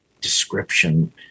description